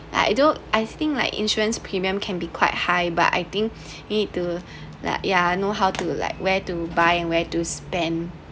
I don't I think like insurance premiums can be quite high but I think need to like ya know how to like where to buy and where to spend